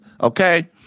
okay